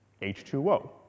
H2O